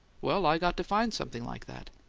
well, i got to find something like that.